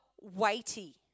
weighty